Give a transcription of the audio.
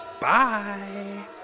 Bye